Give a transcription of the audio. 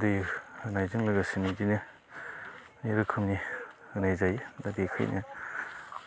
दै होनायजों लोगोसे बिदिनो रोखोमनि होनाय जायो दा बेखायनो